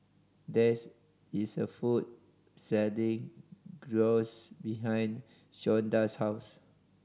there is is a food selling Gyros behind Shonda's house